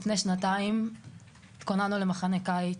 לפני שנתיים התכוננו למחנה קיץ,